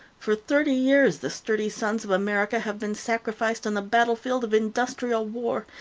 for thirty years the sturdy sons of america have been sacrificed on the battlefield of industrial war,